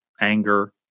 anger